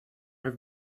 have